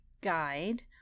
guide